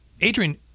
Adrian